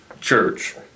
Church